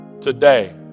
today